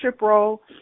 role